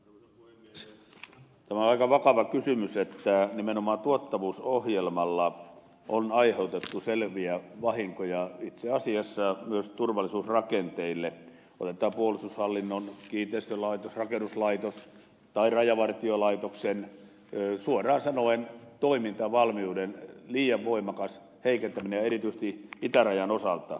tämä on aika vakava kysymys että nimenomaan tuottavuusohjelmalla on aiheutettu selviä vahinkoja itse asiassa myös turvallisuusrakenteille esimerkkinä puolustushallinnon rakennuslaitos tai rajavartiolaitoksen suoraan sanoen toimintavalmiuden liian voimakas heikentäminen erityisesti itärajan osalta